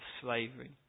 slavery